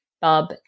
Bub